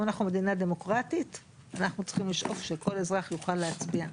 אם אנחנו מדינה דמוקרטית אנחנו צריכים לשאוף שכל אזרח יוכל להצביע,